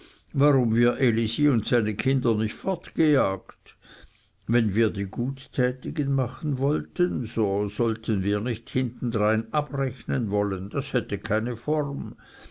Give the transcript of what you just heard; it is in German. warum wir elisi und seine kinder nicht fortgejagt wenn wir die guttätigen machen wollten so sollten wir nicht hinten drein abrechnen wollen das hätte keine form